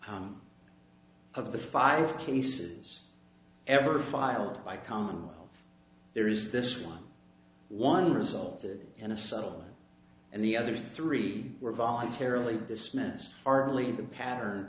of the five cases ever filed by commonwealth there is this one one resulted in a subtle and the other three were voluntarily dismissed are only the pattern